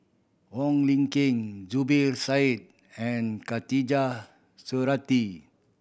Wong Lin Ken Zubir Said and Khatijah Surattee